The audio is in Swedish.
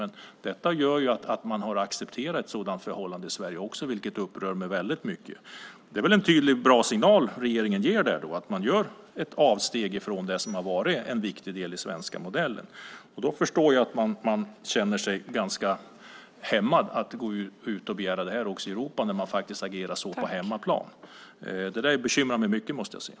Men detta gör ju att man har accepterat ett sådant förhållande i Sverige också, vilket upprör mig väldigt mycket. Det är väl en tydlig och bra signal som regeringen ger, att man gör ett avsteg från det som har varit en viktig del i den svenska modellen. Då förstår jag att man känner sig ganska hämmad när det gäller att gå ut och begära det här också i Europa, när man faktiskt agerar så på hemmaplan. Det bekymrar mig mycket, måste jag säga.